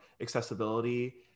accessibility